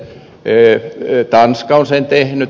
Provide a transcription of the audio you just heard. tanska on sen tehnyt